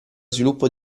sviluppo